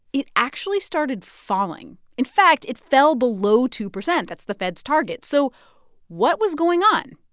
it actually started falling. in fact, it fell below two percent. that's the fed's target. so what was going on?